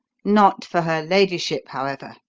not for her ladyship, however,